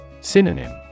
Synonym